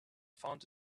found